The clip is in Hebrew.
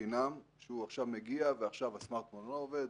חינם שהוא עכשיו מגיע ועכשיו הסמארטפון לא עובד,